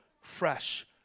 fresh